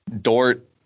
Dort